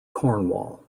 cornwall